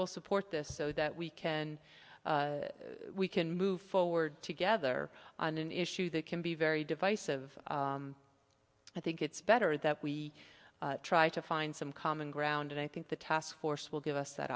will support this so that we can we can move forward together on an issue that can be very divisive i think it's better that we try to find some common ground and i think the task force will give us that